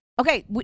Okay